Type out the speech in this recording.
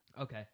Okay